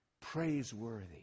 praiseworthy